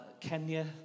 Kenya